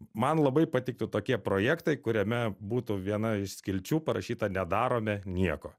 man labai patiktų tokie projektai kuriame būtų viena iš skilčių parašyta nedarome nieko